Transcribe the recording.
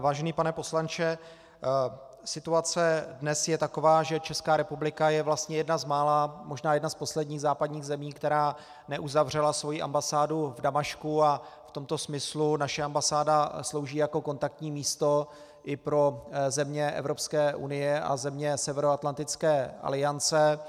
Vážený pane poslanče, situace dnes je taková, že Česká republika je vlastně jedna z mála, možná jedna z posledních západních zemí, která neuzavřela svoji ambasádu v Damašku, a v tomto smyslu naše ambasáda slouží jako kontaktní místo i pro země Evropské unie a země Severoatlantické aliance.